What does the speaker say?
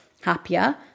happier